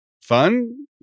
fun